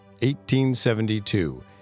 1872